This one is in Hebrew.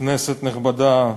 כנסת נכבדה,